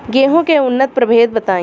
गेंहू के उन्नत प्रभेद बताई?